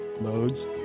loads